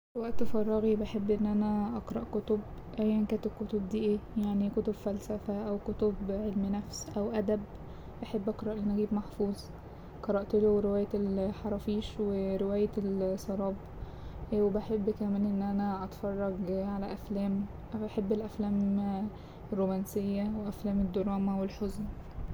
وقت فراغي بحب إن أنا اقرأ كتب أيا كانت الكتب دي إيه يعني كتب فلسفة أو كتب علم نفس أو أدب بحب اقرأ لنجيب محفوظ قرأت له رواية الحرافيش ورواية السراب وبحب كمان إن أنا أتفرج على أفلام بحب الأفلام الرومانسية وأفلام الدراما والحزن.